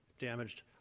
damaged